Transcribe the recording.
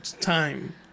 Time